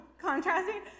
contrasting